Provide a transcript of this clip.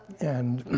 and